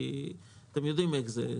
אתם יודעים איך זה,